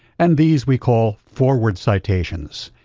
and these we call forward citations.